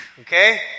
okay